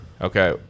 Okay